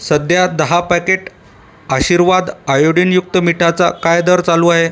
सध्या दहा पॅकेट आशीर्वाद आयोडीनयुक्त मीठाचा काय दर चालू आहे